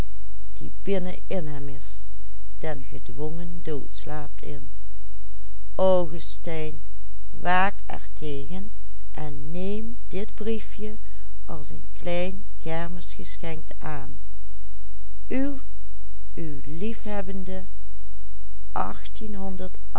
neem dit briefje als een klein kermisgeschenk aan